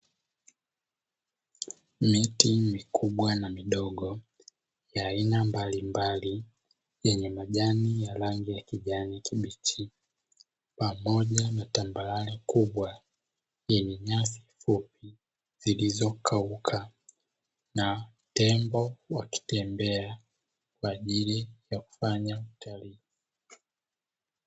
Miti mikubwa na midogo ya aina mbalimbali yenye majani ya rangi ya kijani kibichi pamoja na tambarare kubwa yenye nyasi fupi zilizokauka, na tembo wakitembea kwa ajili ya kufanya utalii.